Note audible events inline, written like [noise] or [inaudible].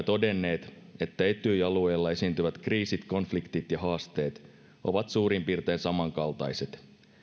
[unintelligible] todenneet että etyj alueella esiintyvät kriisit konfliktit ja haasteet ovat suurin piirtein samankaltaiset